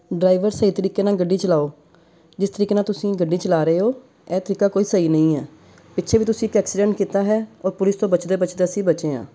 driver ਸਹੀ ਤਰੀਕੇ ਨਾਲ ਗੱਡੀ ਚਲਾਓ ਜਿਸ ਤਰੀਕੇ ਨਾਲ ਤੁਸੀਂ ਗੱਡੀ ਚਲਾ ਰਹੇ ਹੋ ਇਹ ਤਰੀਕਾ ਕੋਈ ਸਹੀ ਨਹੀਂ ਹੈ ਪਿੱਛੇ ਵੀ ਤੁਸੀਂ ਇੱਕ ਐਕਸੀਡੈਂਟ ਕੀਤਾ ਹੈ ਔਰ ਪੁਲਿਸ ਤੋਂ ਬਚਦੇ ਬਚਦੇ ਅਸੀਂ ਬਚੇ ਹਾਂ